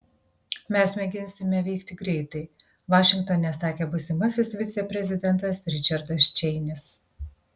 mes mėginsime veikti greitai vašingtone sakė būsimasis viceprezidentas ričardas čeinis